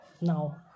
now